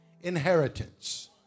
inheritance